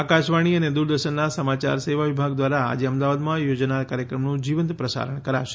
આકાશવાણી અને દૂરદર્શનના સમાચાર સેવા વિભાગ દ્વારા આજે અમદાવાદમાં યોજાનર કાર્યક્રમનું જીવંત પ્રસારણ કરાશે